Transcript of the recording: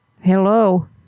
Hello